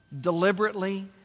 Deliberately